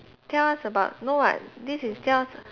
tell us about no [what] this is tell us